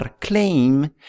claim